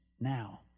now